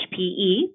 HPE